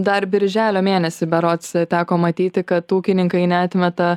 dar birželio mėnesį berods teko matyti kad ūkininkai neatmeta